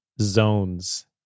zones